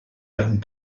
young